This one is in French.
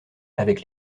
avec